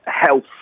health